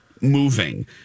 moving